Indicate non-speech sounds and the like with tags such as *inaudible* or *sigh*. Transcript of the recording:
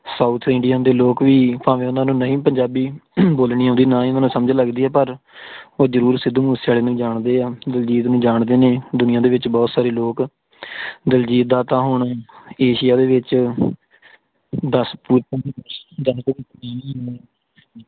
south Indian ਦੇ ਲੋਕ ਵੀ ਭਾਵੇਂ ਉਹਨਾਂ ਨੂੰ ਨਹੀਂ ਪੰਜਾਬੀ ਬੋਲਣੀ ਆਉਂਦੀ ਨਾ ਹੀ ਉਹਨਾਂ ਨੂੰ ਸਮਝ ਲੱਗਦੀ ਆ ਪਰ ਉਹ ਜ਼ਰੂਰ ਸਿੱਧੂ ਮੂਸੇਆਲੇ ਨੂੰ ਜਾਣਦੇ ਆ ਦਿਲਜੀਤ ਨੂੰ ਜਾਣਦੇ ਨੇ ਦੁਨੀਆਂ ਦੇ ਵਿੱਚ ਬਹੁਤ ਸਾਰੇ ਲੋਕ ਦਿਲਜੀਤ ਦਾ ਤਾਂ ਹੁਣ ਏਸ਼ੀਆ ਦੇ ਵਿੱਚ ਦਸ *unintelligible*